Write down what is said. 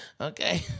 okay